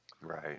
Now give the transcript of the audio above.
Right